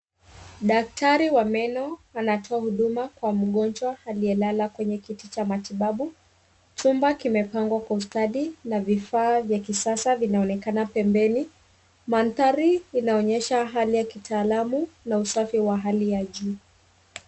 Daktari wa meno anatoa huduma kwa mgonjwa aliyelala kwenye kiti cha matibabu. Chumba kimepangwa kwa ustadi na vifaa vya kisasa vinaonekana pembeni. Mandhari inaonyesha hali ya kitaalamu na usafi wa hali ya juu.